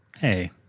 Hey